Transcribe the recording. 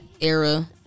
era